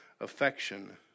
affection